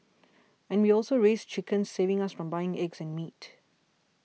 and we also raise chickens saving us from buying eggs and meat